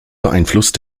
beeinflusst